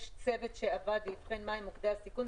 יש צוות שעבד ואבחן מהם מוקדי הסיכון,